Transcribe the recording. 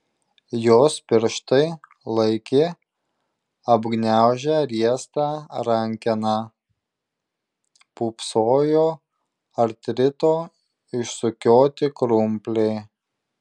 jos pirštai laikė apgniaužę riestą rankeną pūpsojo artrito išsukioti krumpliai